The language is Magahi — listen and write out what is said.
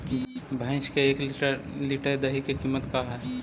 भैंस के एक लीटर दही के कीमत का है?